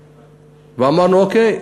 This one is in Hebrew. ואמרנו: אוקיי,